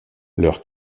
leur